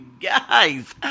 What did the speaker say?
guys